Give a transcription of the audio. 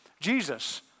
Jesus